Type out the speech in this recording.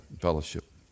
fellowship